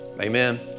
Amen